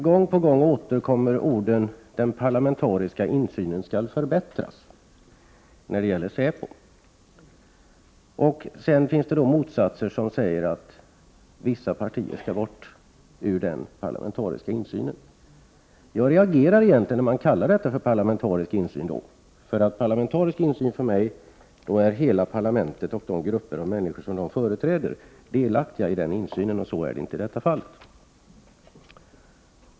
Gång på gång återkommer orden: ”Den parlamentariska insynen skall förbättras när det gäller säpo.” I motsats till detta sägs att vissa partier inte skall ha denna parlamentariska insyn. Jag reagerar när man kallar detta för parlamentarisk insyn. Parlamentarisk insyn innebär för mig att hela parlamentet och alla de grupper av människor som parlamentarikerna företräder skall vara delaktiga i insynen. Så är det inte i detta fall.